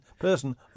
person